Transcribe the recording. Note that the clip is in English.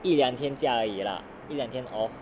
一两天假而已 lah 一两天 off